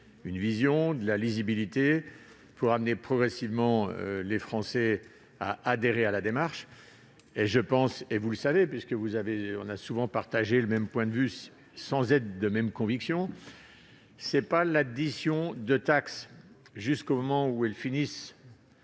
une vision, de la lisibilité pour amener progressivement les Français à adhérer à la démarche. Vous le savez, puisque nous avons souvent partagé le même point de vue, sans être de même conviction, ce n'est pas l'addition de taxes, jusqu'au moment où elles finissent